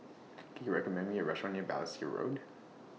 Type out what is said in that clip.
Can YOU recommend Me A Restaurant near Balestier Road